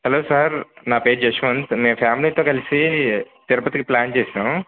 hello sir నా పేరు జస్వంత్ నేను ఫ్యామిలీతో కలిసి తిరుపతికి ప్లాన్ చేశాము